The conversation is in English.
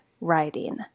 writing